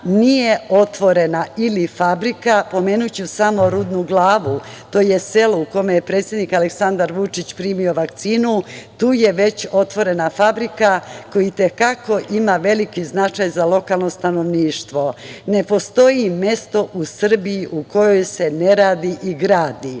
nije otvorena ili fabrika, pomenuću samo Rudnu Glavu. To je selo u kome je predsednik Aleksandar Vučić primio vakcinu. Tu je već otvorena fabrika, koja i te kako ima veliki značaj za lokalno stanovništvo. Ne postoji mesto u Srbiji u kojoj se ne radi i gradi.